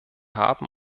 haben